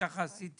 כך עשיתי